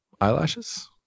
Eyelashes